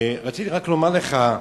רציתי רק לומר לך,